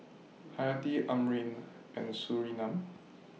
Hayati Amrin and Surinam